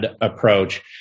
approach